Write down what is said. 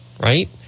right